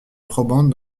probante